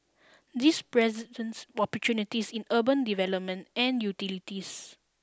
this present opportunities in urban development and utilities